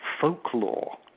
folklore